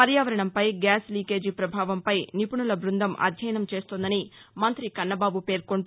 పర్యావరణంపై gas leakage ప్రభావంపై నిపుణుల బృందం అధ్యయనం చేస్తోందని మంఁతి కన్నబాబు పేర్కొంటూ